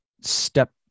step